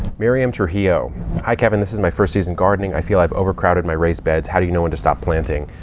miriam trujillo hi kevin. this is my first season gardening. i feel i've overcrowded my raised beds. how do you know when to stop planting?